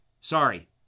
Sorry